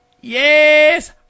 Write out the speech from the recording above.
Yes